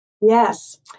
Yes